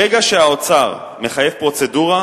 ברגע שהאוצר מחייב פרוצדורה,